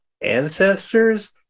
ancestors